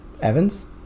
Evans